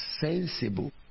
sensible